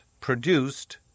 produced